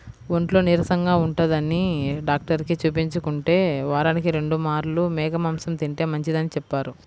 ఒంట్లో నీరసంగా ఉంటందని డాక్టరుకి చూపించుకుంటే, వారానికి రెండు మార్లు మేక మాంసం తింటే మంచిదని చెప్పారు